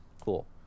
cool